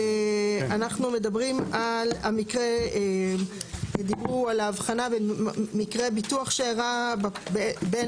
אנחנו מדברים על המקרה שדיברו על ההבחנה בין מקרה ביטוח שאירע בין